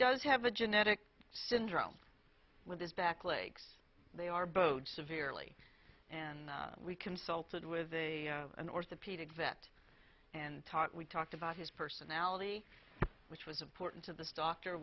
does have a genetic syndrome with his back legs they are both severely and we consulted with an orthopedic vet and talk we talked about his personality which was a portent of this doctor